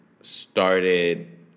started